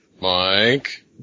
Mike